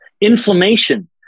inflammation